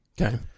Okay